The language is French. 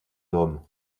dôme